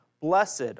Blessed